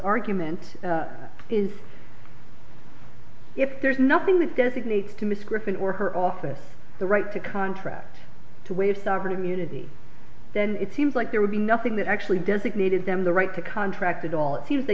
argument is if there's nothing that designates to miss griffin or her office the right to contract to waive sovereign immunity then it seems like there would be nothing that actually designated them the right to contract at all it seems t